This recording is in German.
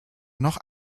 noch